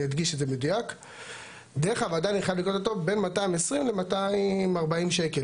דרך הוועדה אני חייב לקנות אותו בין 220 ל-240 שקל,